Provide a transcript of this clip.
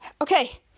Okay